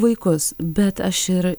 vaikus bet aš ir